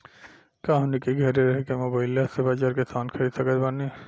का हमनी के घेरे रह के मोब्बाइल से बाजार के समान खरीद सकत बनी?